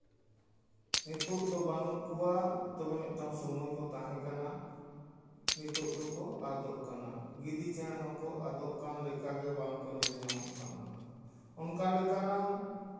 ᱱᱤᱛᱚᱜ ᱫᱚ ᱵᱟᱹᱱᱩᱜ ᱠᱚᱣᱟ ᱛᱚᱵᱮ ᱢᱤᱫᱴᱟᱱ ᱥᱚᱢᱚᱭ ᱠᱚ ᱛᱟᱦᱮᱸ ᱠᱟᱱᱟ ᱱᱤᱛᱚᱜ ᱫᱚᱠᱚ ᱟᱫᱚᱜ ᱠᱟᱱᱟ ᱜᱤᱫᱤ ᱪᱮᱬᱮ ᱦᱚᱸ ᱟᱫᱚᱜ ᱠᱟᱱ ᱞᱮᱠᱟᱜᱮ ᱵᱟᱠᱚ ᱧᱮᱞ ᱧᱟᱢᱚᱜ ᱠᱟᱱᱟ ᱱᱟᱝ ᱚᱱᱠᱟ ᱞᱮᱠᱟᱱᱟᱝ